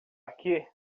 aqui